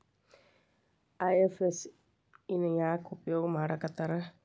IFSC ನ ಯಾಕ್ ಉಪಯೊಗ್ ಮಾಡಾಕತ್ತಾರ?